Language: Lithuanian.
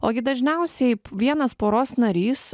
ogi dažniausiai vienas poros narys